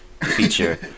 feature